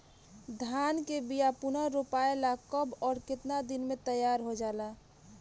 धान के बिया पुनः रोपाई ला कब और केतना दिन में तैयार होजाला?